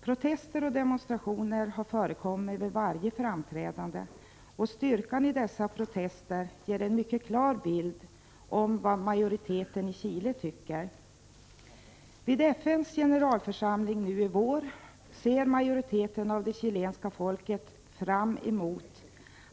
Protester och demonstrationer har förekommit varje gång påven framträtt. Styrkan i dessa protester ger en mycket klar bild av vad majoriteten i Chile tycker. Majoriteten av det chilenska folket ser fram mot